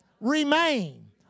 remain